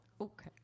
Okay